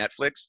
Netflix